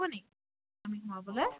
আমি সোমাবলৈ